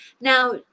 now